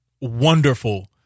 wonderful